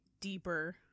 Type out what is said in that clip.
deeper